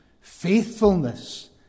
faithfulness